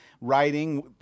Writing